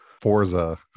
Forza